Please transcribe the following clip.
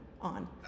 on